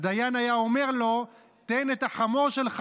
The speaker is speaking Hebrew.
הדיין היה אומר לו: תן את החמור שלך